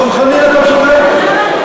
דב חנין, אתה צודק.